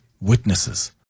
witnesses